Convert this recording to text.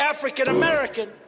African-American